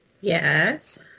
Yes